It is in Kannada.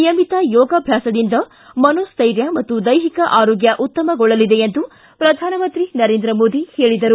ನಿಯಮಿತ ಯೋಗಾಭ್ಯಾಸದಿಂದ ಮನೋಶ್ವೈರ್ಯ ಮತ್ತು ದೈಹಿಕ ಆರೋಗ್ಯ ಉತ್ತಮಗೊಳ್ಳಲಿದೆ ಎಂದು ಪ್ರಧಾನಮಂತ್ರಿ ನರೇಂದ್ರ ಮೋದಿ ಹೇಳಿದರು